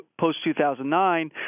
post-2009